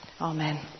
Amen